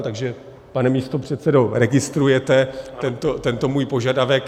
Takže pane místopředsedo, registrujete tento můj požadavek.